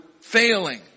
failing